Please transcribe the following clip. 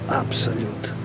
absolute